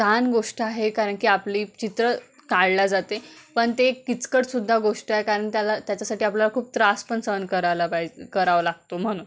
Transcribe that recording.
छान गोष्ट आहे कारण की आपली चित्र काढल्या जाते पण ते एक किचकटसुद्धा गोष्ट आहे कारण त्याला त्याच्यासाठी आपल्याला खूप त्रास पण सहन करायला पाय करावं लागतो म्हणून